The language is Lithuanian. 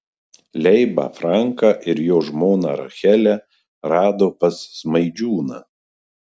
leibą franką ir jo žmoną rachelę rado pas smaidžiūną